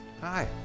Hi